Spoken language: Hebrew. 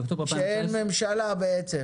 אוקטובר 2019. כשאין ממשלה בעצם.